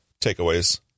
Takeaways